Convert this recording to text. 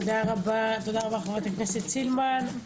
תודה רבה חברת הכנסת סילמן.